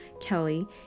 Kelly